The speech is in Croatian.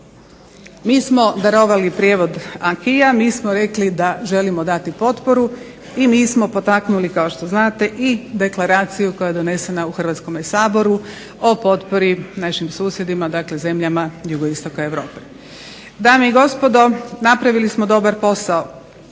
Mi samo darovali prijevod acquisa, mi smo rekli da želimo dati potporu i mi smo potaknuli kao što znate i deklaraciju koja je donesena u Hrvatskom saboru o potpori našim susjedima dakle zemljama Jugoistoka Europe. Dame i gospodo napravili smo dobar posao